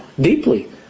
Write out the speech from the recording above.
deeply